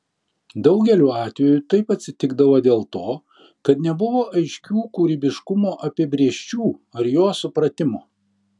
daugeliu atveju taip atsitikdavo dėl to kad nebuvo aiškių kūrybiškumo apibrėžčių ar jo supratimo